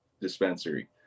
dispensary